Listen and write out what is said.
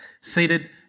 seated